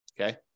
Okay